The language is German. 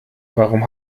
warum